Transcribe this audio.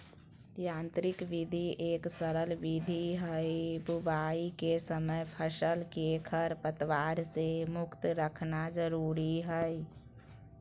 यांत्रिक विधि एक सरल विधि हई, बुवाई के समय फसल के खरपतवार से मुक्त रखना जरुरी हई